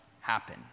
happen